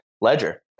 ledger